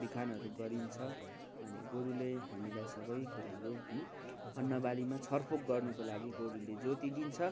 बिखानहरू गरिन्छ अनि गोरूले हामीलाई सबै कुरा है अन्नबालीमा छरफोक गर्नको लागि गोरूले जोतिदिन्छ